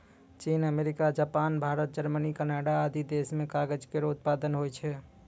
चीन, America, Japan, Bharat, Germany, Canada आदि देस म कागज केरो उत्पादन होय छै